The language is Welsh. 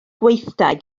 gweithdai